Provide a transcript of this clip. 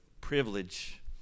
privilege